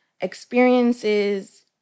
experiences